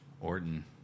Orton